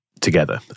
together